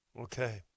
Okay